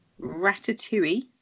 Ratatouille